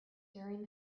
during